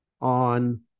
on